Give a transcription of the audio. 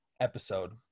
episode